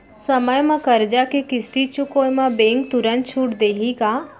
समय म करजा के किस्ती चुकोय म बैंक तुरंत छूट देहि का?